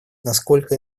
насколько